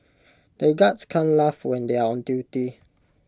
the guards can't laugh when they are on duty